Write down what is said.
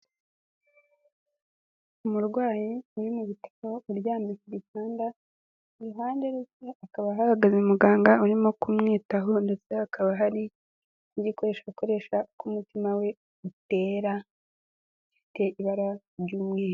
Umurwayi uri mu bitaro uryamye ku gitanda, iruhande rwe hakaba hahagaze muganga urimo kumwitaho, ndetse hakaba hari n'igikoresho akoresha uko umutima we utera, gifite ibara ry'umweru.